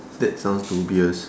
that sounds dubious